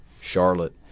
Charlotte